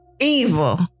Evil